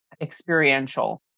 Experiential